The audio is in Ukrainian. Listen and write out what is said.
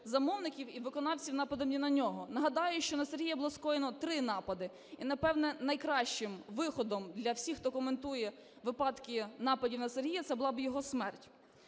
замовників і виконавців нападів на нього. Нагадаю, що на Сергія було скоєно 3 напади. І, напевно, найкращим виходом для всіх, хто коментує випадки нападів на Сергія, це була б його смерть.